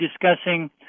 discussing